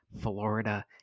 Florida